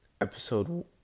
episode